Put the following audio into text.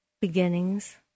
beginnings